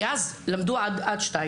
כי אז למדו עד 14:00,